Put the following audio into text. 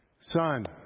son